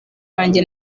wanjye